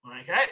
Okay